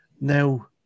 now